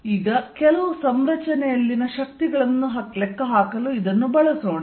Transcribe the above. ಆದ್ದರಿಂದ ಈಗ ಕೆಲವು ಸಂರಚನೆಯಲ್ಲಿನ ಶಕ್ತಿಗಳನ್ನು ಲೆಕ್ಕಹಾಕಲು ಇದನ್ನು ಬಳಸೋಣ